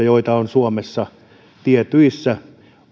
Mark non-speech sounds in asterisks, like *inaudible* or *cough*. *unintelligible* joita on suomessa tietyissä